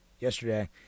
yesterday